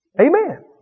Amen